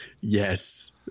Yes